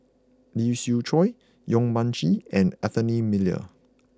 Lee Siew Choh Yong Mun Chee and Anthony Miller